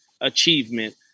achievement